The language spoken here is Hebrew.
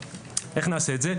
איך נעשה את זה?